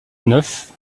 neuf